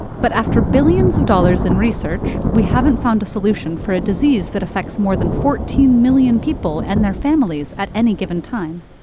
but after billions of dollars in research, we haven't found a solution for a disease that affects more than fourteen million people and their families at any given time.